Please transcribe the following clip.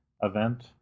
event